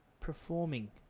performing